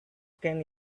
can